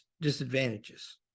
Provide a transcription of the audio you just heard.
disadvantages